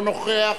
אינו נוכח,